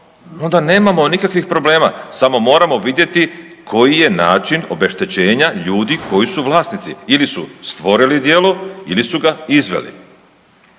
onda nemamo nikakvih problema, samo moramo vidjeti koji je način obeštećenja ljudi koji su vlasnici ili su stvorili djelo ili su ga izveli.